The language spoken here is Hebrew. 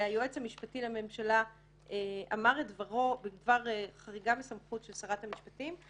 ושהיועץ המשפטי לממשלה אמר את דברו בדבר חריגה מסמכות של שרת המשפטים.